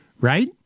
right